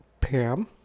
pam